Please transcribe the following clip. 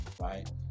right